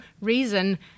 reason